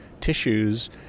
tissues